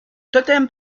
totem